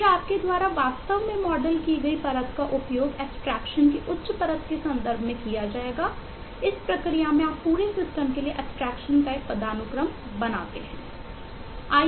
फिर आपके द्वारा वास्तव में मॉडल की गई परत का उपयोग एब्स्ट्रेक्शन का एक पदानुक्रम बनाते हैं